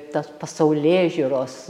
tas pasaulėžiūros